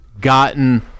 gotten